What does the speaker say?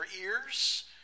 ears